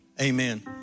Amen